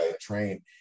train